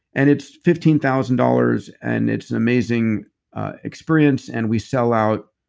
and it's fifteen thousand dollars. and it's an amazing experience. and we sell out.